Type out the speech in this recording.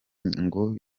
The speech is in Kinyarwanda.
ngo